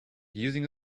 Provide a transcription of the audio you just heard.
using